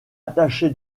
attachée